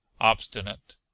obstinate